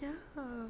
ya